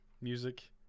music